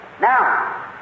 Now